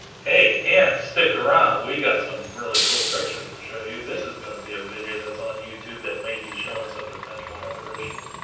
hey hannah stick around we got some really cool pictures to show you is going to be a video that's on youtube that may be showing some potential apparitions